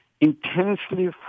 intensely